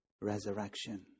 resurrection